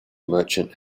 merchant